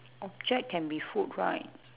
object can be food right